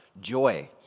joy